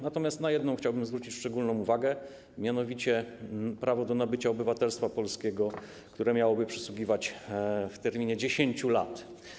Natomiast na jedną kwestię chciałbym zwrócić szczególną uwagę, chodzi mianowicie o prawo do nabycia obywatelstwa polskiego, które miałoby przysługiwać w terminie 10 lat.